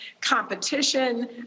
competition